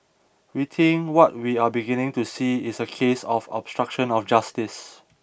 I think what we are beginning to see is a case of obstruction of justice